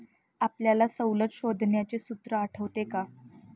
आपल्याला सवलत शोधण्याचे सूत्र आठवते का?